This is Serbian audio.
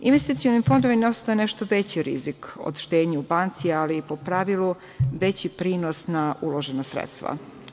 Investicioni fondovi nose nešto veći rizik od štednje u banci, ali po pravilu veći prinos na uložena sredstva.